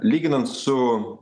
lyginant su